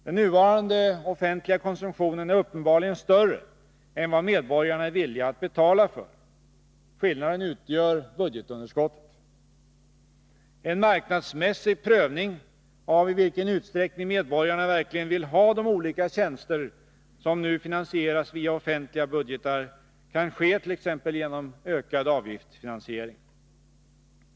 Den nuvarande offentliga konsumtionen är uppebarligen större än vad medborgarna är villiga att betala för — skillnaden utgör budgetunderskottet. En marknadsmässig prövning av i vilken utsträckning medborgarna verkligen vill ha de olika tjänster som nu finansieras via offentliga budgetar kan sket.ex. genom ökad avgiftsfinansiering.